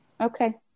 Okay